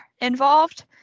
involved